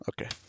okay